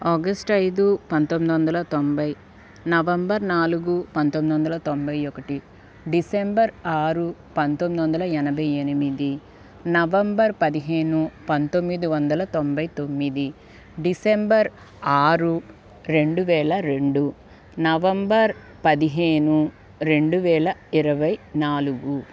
August ఐదు పంతొమ్మిది వందల తొంభై నవంబర్ నాలుగు పంతొమ్మిది వందల తొంభై ఒకటి డిసెంబర్ ఆరు పంతొమ్మిది వందల ఎనభై ఎనిమిది నవంబర్ పదిహేను పంతొమ్మిది వందల తొంభై తొమ్మిది డిసెంబర్ ఆరు రెండు వేల రెండు నవంబర్ పదిహేను రెండు వేల ఇరవై నాలుగు